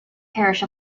parish